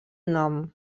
nom